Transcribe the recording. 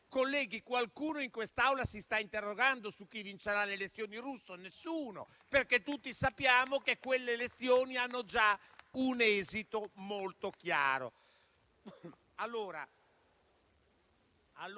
colleghi, qualcuno in quest'Aula si sta interrogando su chi vincerà le elezioni russe? Nessuno, perché tutti sappiamo che quelle elezioni hanno già un esito molto chiaro.